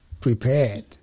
prepared